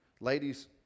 Ladies